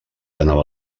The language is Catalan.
anava